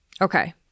Okay